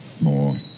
more